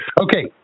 okay